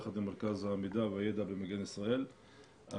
יחד עם מרכז המידע והידע במגן ישראל על